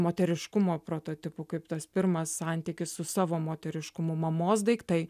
moteriškumo prototipų kaip tas pirmas santykis su savo moteriškumu mamos daiktai